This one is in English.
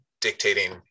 dictating